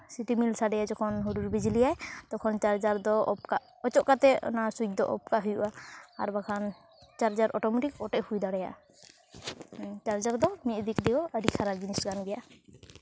city ᱢᱤᱞ ᱥᱟᱰᱮᱭᱟ ᱡᱚᱠᱷᱚᱱ ᱦᱩᱰᱩᱨ ᱵᱤᱡᱽᱞᱤ ᱛᱚᱠᱷᱚᱱ ᱪᱟᱨᱡᱟᱨ ᱫᱚ ᱚᱯᱷ ᱠᱟᱜ ᱚᱪᱚᱜ ᱠᱟᱛᱮᱫ ᱚᱱᱟ ᱥᱩᱭᱤᱡ ᱫᱚ ᱚᱯᱷ ᱠᱟᱜ ᱦᱩᱭᱩᱜᱼᱟ ᱟᱨ ᱵᱟᱠᱷᱟᱱ ᱪᱟᱨᱡᱟᱨ ᱚᱴᱳᱢᱮᱴᱤᱠ ᱚᱴᱮᱡ ᱦᱩᱭ ᱫᱟᱲᱮᱭᱟᱜᱼᱟ ᱪᱟᱨᱡᱟᱨ ᱫᱚ ᱢᱤᱫ ᱫᱤᱠ ᱫᱤᱭᱮ ᱟᱹᱰᱤ ᱠᱷᱟᱨᱟᱯ ᱡᱤᱱᱤᱥ ᱠᱟᱱ ᱜᱮᱭᱟ